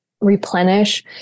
replenish